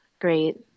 great